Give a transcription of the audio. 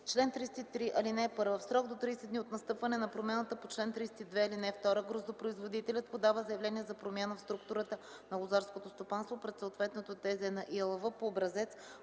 „Чл. 33. (1) В срок до 30 дни от настъпване на промяна по чл. 32, ал. 2, гроздопроизводителят подава заявление за промяна в структурата на лозарското стопанство пред съответното ТЗ на ИАЛВ по образец,